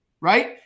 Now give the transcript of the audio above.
right